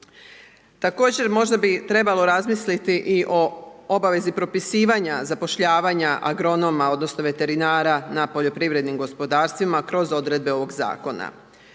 Također, možda bi trebalo razmisliti i o obavezi propisivanja zapošljavanja agronoma, odnosno veterinara na poljoprivrednim gospodarstvima kroz odredbe ovog zakona.